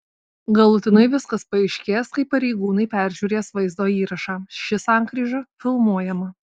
galutinai viskas paaiškės kai pareigūnai peržiūrės vaizdo įrašą ši sankryža filmuojama